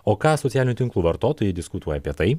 o ką socialinių tinklų vartotojai diskutuoja apie tai